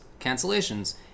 cancellations